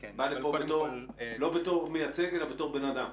לפה לא בתור מייצג אלא בתור בן-אדם.